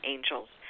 Angels